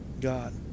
God